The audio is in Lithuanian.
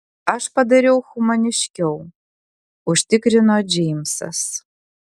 aš padariau humaniškiau užtikrino džeimsas